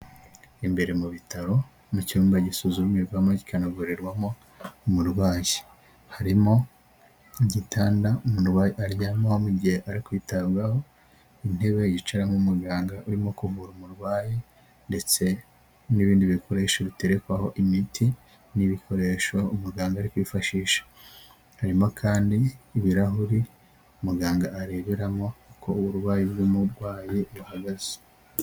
Imbere mu bitaro mu cyumba gisuzumirwamo kikanavurirwamo umurwayi, harimo igitanda umurwayi aryamaho mu gihe ari kwitabwaho, intebe yicaramo muganga urimo kuvura umurwayi, ndetse n'ibindi bikoresho bitekwaho imiti n'ibikoresho umuganga ari kwifashisha harimo kandi ibirahuri umuganga areberamo uko uburwayi bw'umurwayi buhagaze.